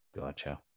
Gotcha